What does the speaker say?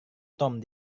tom